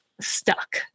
stuck